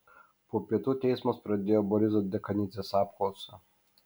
po pietų teismas pradėjo boriso dekanidzės apklausą